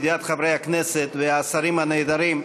לידיעת חברי הכנסת והשרים הנעדרים,